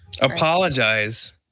Apologize